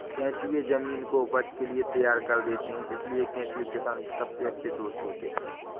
केंचुए जमीन को उपज के लिए तैयार कर देते हैं इसलिए केंचुए किसान के सबसे अच्छे दोस्त होते हैं